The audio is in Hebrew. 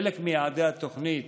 חלק מיעדי התוכנית